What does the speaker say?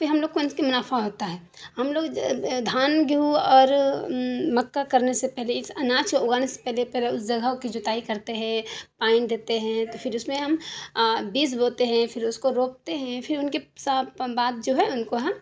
پھر ہم لوگ کو کے منافعہ ہوتا ہے ہم لوگ دھان گیہوں اور مکا کرنے سے پہلے اس اناج کو اگانے سے پہلے پہلے اس جگہ کی جوتائی کرتے ہیں پانی دیتے ہیں تو پھر اس میں ہم بیج بوتے ہیں پھر اس کو روپتے ہیں پھر ان کے ساپ بعد جو ہے ان کو ہم